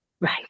Right